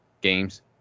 games